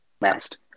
last